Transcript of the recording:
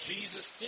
Jesus